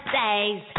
days